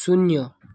શૂન્ય